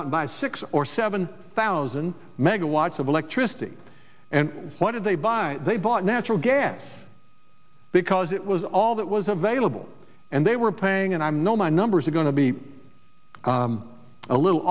out by six or seven thousand megawatts of electricity and what did they buy they bought natural gas because it was all that was available and they were paying and i'm no my numbers are going to be a little